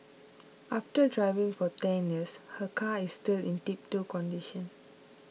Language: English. after driving for ten years her car is still in tiptop condition